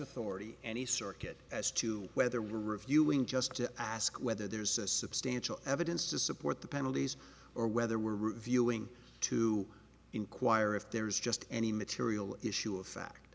authority any circuit as to whether reviewing just to ask whether there's a substantial evidence to support the penalties or whether we're reviewing to inquire if there is just any material issue of fact